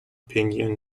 pinyin